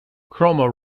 chroma